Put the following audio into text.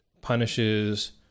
punishes